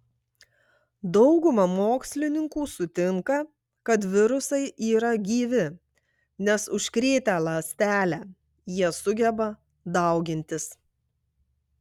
dauguma mokslininkų sutinka kad virusai yra gyvi nes užkrėtę ląstelę jie sugeba daugintis